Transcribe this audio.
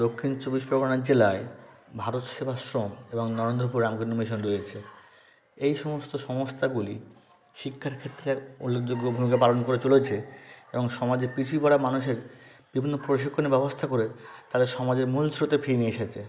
দক্ষিণ চব্বিশ পরগনা জেলায় ভারত সেবাশ্রম এবং নরেন্দ্রপুর রামকৃষ্ণ মিশন রয়েছে এই সমস্ত সংওস্থাগুলি শিক্ষার ক্ষেত্রে উল্লেখযোগ্য ভূমিকা পালন করে চলেছে এবং সমাজের পিছিয়ে পড়া মানুষের বিভিন্ন প্রশিক্ষণের ব্যবস্থা করে তাদের সমাজের মূল স্রোতে ফিরিয়ে নিয়ে এসেছে